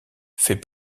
fait